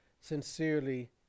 sincerely